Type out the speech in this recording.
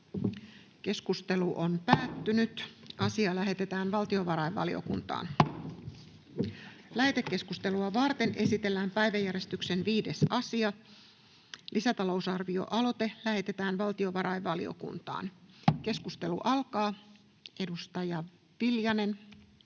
lisätalousarvioksi Time: N/A Content: Lähetekeskustelua varten esitellään päiväjärjestyksen 5. asia. Lisätalousarvioaloite lähetetään valtiovarainvaliokuntaan. — Keskustelu alkaa. Edustaja Viljanen.